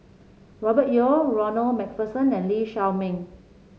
Robert Yeo Ronald MacPherson and Lee Shao Meng